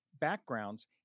backgrounds